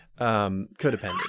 Codependent